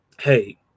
hey